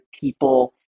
people